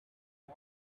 one